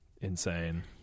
insane